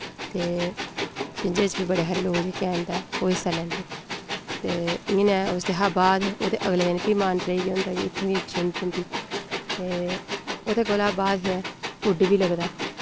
ते शिंझे च बी बड़ा सारे लोक जेह्के हैन तां ओह् हिस्सा लैंदे ते इ'यै नेह् उसदे शा बाद उ'दे अगले दिन फ्ही मानतलाई केह् होंदा कि इत्थै बी इक शिंझ होंदी ते उ'दे कोला बाद एह् कुड्ड बी लगदा